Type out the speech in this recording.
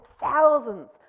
thousands